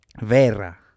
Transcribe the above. Vera